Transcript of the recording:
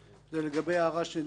זה לגבי ההערה שנשמעה פה.